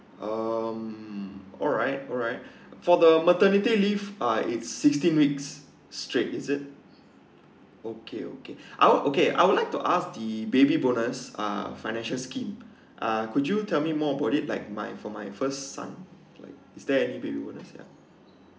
um alright alright for the maternity leave uh it's sixteen weeks straight is it okay okay I would okay I would like to ask the baby bonus uh financial scheme uh could you tell me more about it like my for my first son like is there anything baby bonus yup